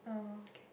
oh okay